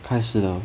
开始了